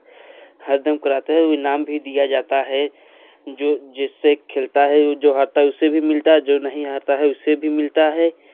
हरदम करते हैं इनाम भी दिया जाता है जो जिसे खेलता है जो हारता है उससे भी मिलता है जो नहीं हारता उसे भी मिलता है